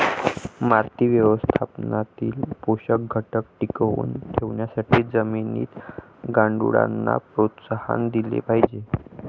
माती व्यवस्थापनातील पोषक घटक टिकवून ठेवण्यासाठी जमिनीत गांडुळांना प्रोत्साहन दिले पाहिजे